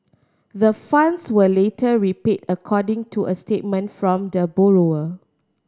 the funds were later repaid according to a statement from the borrower